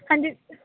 ਹਾਂਜੀ